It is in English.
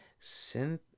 synth